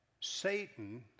Satan